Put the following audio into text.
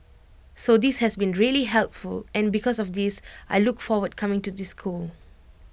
so this has been really helpful and because of this I look forward coming to this school